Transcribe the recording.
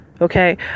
Okay